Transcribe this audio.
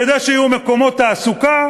כדי שיהיו שם מקומות תעסוקה,